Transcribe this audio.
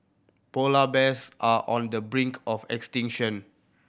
polar bears are on the brink of extinction